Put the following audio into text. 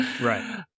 Right